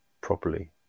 properly